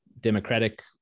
democratic